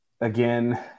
again